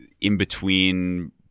in-between